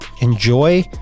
enjoy